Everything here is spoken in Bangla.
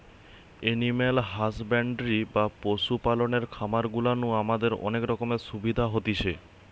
এনিম্যাল হাসব্যান্ডরি বা পশু পালনের খামার গুলা নু আমাদের অনেক রকমের সুবিধা হতিছে